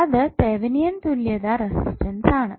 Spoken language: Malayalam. അത് തെവെനിൻ തുല്യത റെസിസ്റ്റൻസ് ആണ്